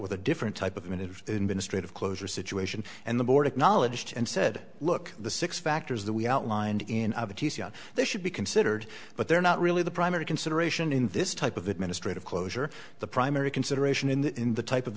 with a different type of minute in been a straight of closure situation and the board acknowledged and said look the six factors that we outlined in there should be considered but they're not really the primary consideration in this type of administrative closure the primary consideration in the in the type of